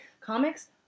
comics